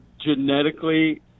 genetically